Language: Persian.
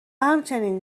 همچنین